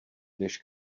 než